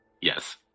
Yes